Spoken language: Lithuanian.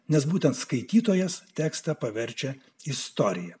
nes būtent skaitytojas tekstą paverčia istoriją